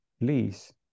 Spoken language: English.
please